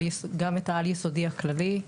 גם את העל יסודי הכללי.